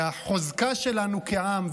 והחוזקה שלנו כעם,